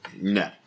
No